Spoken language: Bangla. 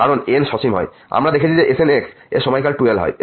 কারণ যখন n সসীম হয় আমরা দেখেছি যে Sn এর সময়কাল 2l হয়